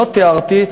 שלא תיארתי,